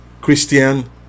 Christian